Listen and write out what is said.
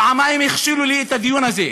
פעמיים הכשילו לי את הדיון הזה,